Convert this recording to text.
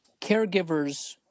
caregivers –